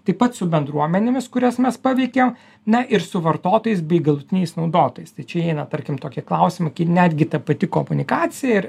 taip pat su bendruomenėmis kurias mes paveikia na ir su vartotojais bei galutiniais naudotojais tai čia įeina tarkim tokie klausimai kai netgi ta pati komunikacija ir